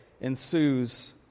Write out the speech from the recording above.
ensues